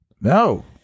No